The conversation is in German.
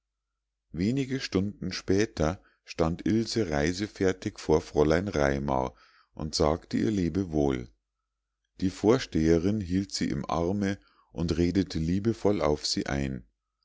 wenige stunden später stand ilse reisefertig vor fräulein raimar und sagte ihr lebewohl die vorsteherin hielt sie im arme und redete liebevoll auf sie ein